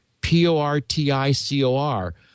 P-O-R-T-I-C-O-R